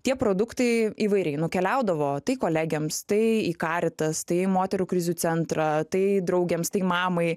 tie produktai įvairiai nukeliaudavo tai kolegėms tai į karitas tai moterų krizių centrą tai draugėms tai mamai